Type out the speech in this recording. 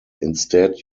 instead